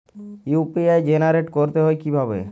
UPI generate করতে হয় কিভাবে?